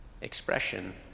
expression